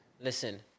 listen